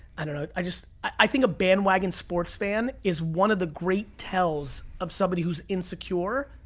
i don't know. i just, i think a bandwagon sports fan is one of the great tells of somebody who's insecure.